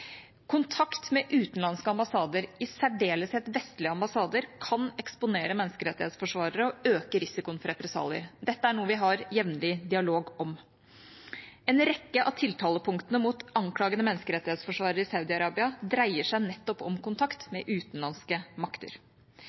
Kontakt med utenlandske ambassader, i særdeleshet vestlige ambassader, kan eksponere menneskerettighetsforsvarere og øke risikoen for represalier. Dette er noe vi har jevnlig dialog om. En rekke av tiltalepunktene mot anklagede menneskerettighetsforsvarere i Saudi-Arabia dreier seg nettopp om kontakt med utenlandske makter.